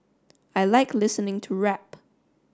I like listening to rap